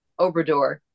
Obrador